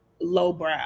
lowbrow